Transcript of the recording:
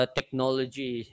technology